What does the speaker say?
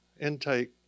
intake